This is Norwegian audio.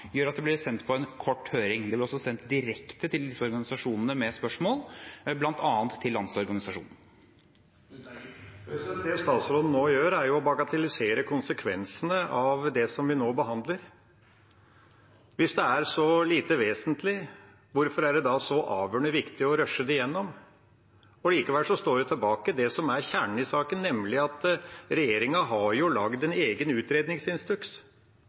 gjør at det ble sendt på en kort høring. Det ble også sendt direkte til disse organisasjonene med spørsmål, bl.a. til Landsorganisasjonen. Det statsråden nå gjør, er å bagatellisere konsekvensene av det som vi nå behandler. Hvis det er så lite vesentlig, hvorfor er det da så avgjørende viktig å rushe det igjennom? Likevel står det som er kjernen i saken, tilbake: Regjeringa har laget en egen utredningsinstruks,